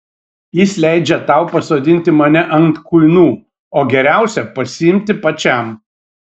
jis leidžia tau pasodinti mane ant kuinų o geriausią pasiimti pačiam